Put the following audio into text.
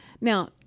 Now